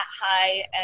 high